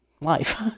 life